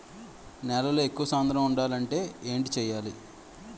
నేలలో ఎక్కువ సాంద్రము వుండాలి అంటే ఏంటి చేయాలి?